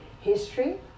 history